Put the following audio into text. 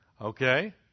okay